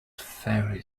ferry